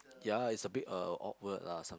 ya it's a bit uh awkward lah some